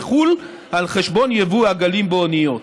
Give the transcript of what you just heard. על חשבון יבוא העגלים באוניות.